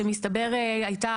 שמסתבר הייתה,